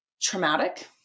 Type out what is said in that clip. traumatic